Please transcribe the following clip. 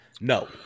no